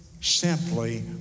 simply